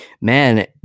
man